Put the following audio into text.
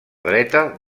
dreta